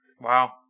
Wow